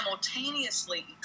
simultaneously